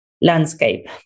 landscape